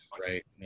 right